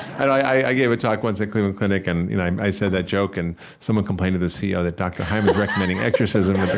i know. i gave a talk once at cleveland clinic and i said that joke, and someone complained to the c o. that dr. hyman's recommending exorcism,